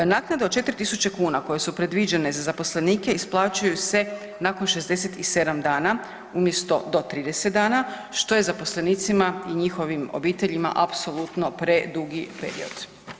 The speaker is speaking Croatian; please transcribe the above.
Naknade od 4.000 kuna koje su predviđene za zaposlenika isplaćuju se nakon 67 dana umjesto do 30 dana što je zaposlenicima i njihovim obiteljima apsolutno predugi period.